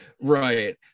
Right